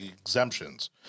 exemptions